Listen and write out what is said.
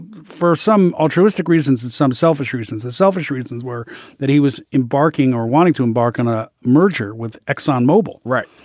for some altruistic reasons and some selfish reasons. and selfish reasons were that he was embarking or wanting to embark on a merger with exxon mobil. right.